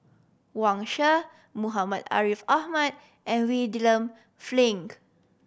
Wang Sha Muhammad Ariff Ahmad and